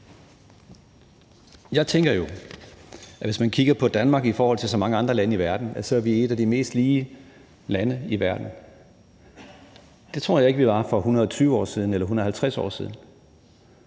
Jeg tænker jo, at hvis man kigger på Danmark i forhold til så mange andre lande i verden, er vi et af de mest lige lande i verden. Det tror jeg ikke vi var for 100 år siden eller 150 år siden.